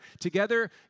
together